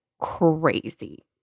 crazy